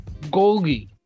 Golgi